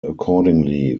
accordingly